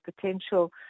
potential